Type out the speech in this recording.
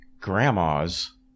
grandmas